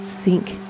sink